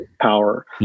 power